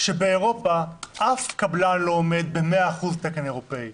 שבאירופה אף קבלן לא עומד ב-100% תקן אירופאי.